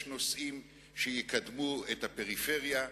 יש נושאים שיקדמו את הפריפריה,